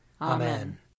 Amen